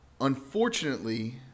Unfortunately